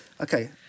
Okay